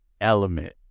element